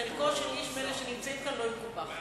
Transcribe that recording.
חלקו של איש מאלה שנמצאים כאן לא יקופח.